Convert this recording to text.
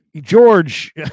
George